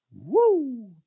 Woo